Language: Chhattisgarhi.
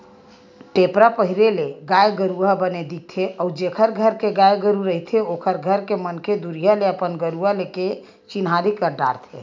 टेपरा पहिरे ले गाय गरु ह बने दिखथे अउ जेखर घर के गाय गरु रहिथे ओखर घर के मनखे दुरिहा ले अपन गरुवा के चिन्हारी कर डरथे